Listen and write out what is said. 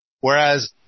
Whereas